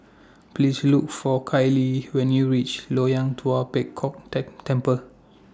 Please Look For Kailey when YOU REACH Loyang Tua Pek Kong Temple